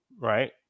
right